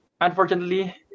Unfortunately